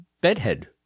bedhead